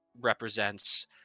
represents